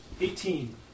Eighteen